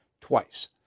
twice